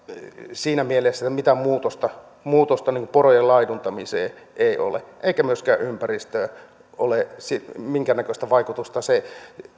siinä mielessä mitään muutosta muutosta porojen laiduntamiseen ei ole eikä myöskään ympäristöön ole minkäännäköistä vaikutusta riippumatta